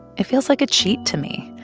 it feels like a cheat to me.